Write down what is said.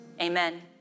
Amen